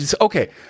Okay